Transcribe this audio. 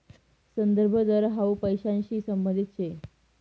संदर्भ दर हाउ पैसांशी संबंधित शे